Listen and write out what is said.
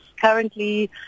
currently